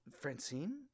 Francine